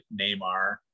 Neymar